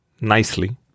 nicely